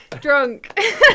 drunk